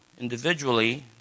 individually